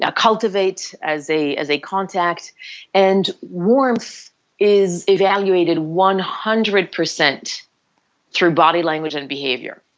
ah cultivate as a as a contact and warmth is evaluated one hundred percent through body language and behavior.